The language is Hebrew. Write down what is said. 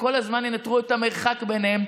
וכל הזמן ינטרו את המרחק ביניהם.